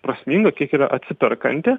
prasminga kiek yra atsiperkanti